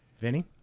Vinny